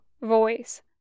voice